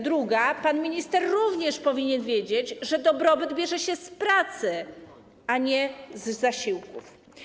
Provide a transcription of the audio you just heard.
Druga - pan minister również powinien wiedzieć, że dobrobyt bierze się z pracy, a nie z zasiłków.